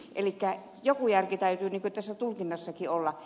elikkä joku järki täytyy tässä tulkinnassakin olla